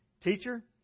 Teacher